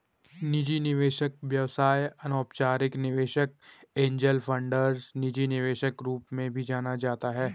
निजी निवेशक व्यवसाय अनौपचारिक निवेशक एंजेल फंडर निजी निवेशक रूप में भी जाना जाता है